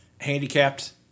Handicapped